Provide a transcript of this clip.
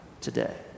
today